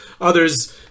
Others